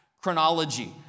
chronology